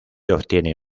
obtiene